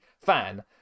fan